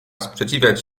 sprzeciwiać